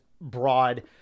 broad